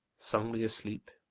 sung thee asleep,